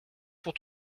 pour